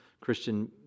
Christian